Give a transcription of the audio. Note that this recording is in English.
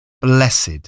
Blessed